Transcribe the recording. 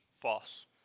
False